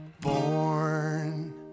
born